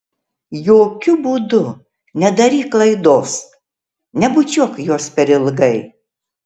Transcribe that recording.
jokiu būdu nedaryk klaidos nebučiuok jos per ilgai